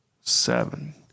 Seven